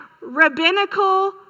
rabbinical